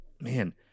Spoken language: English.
man